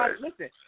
Listen